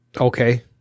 Okay